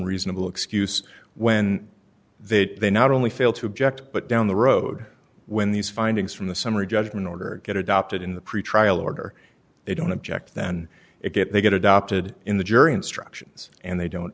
reasonable excuse when they they not only fail to object but down the road when these findings from the summary judgment order get adopted in the pretrial order they don't object then it get they get adopted in the jury instructions and they don't